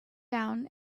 down